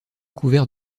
couvert